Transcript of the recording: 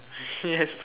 yes